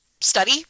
study